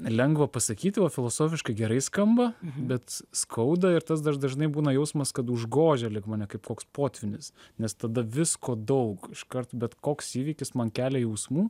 lengva pasakyti va filosofiškai gerai skamba bet skauda ir tas dar dažnai būna jausmas kad užgožia lyg mane kaip koks potvynis nes tada visko daug iškart bet koks įvykis man kelia jausmų